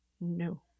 no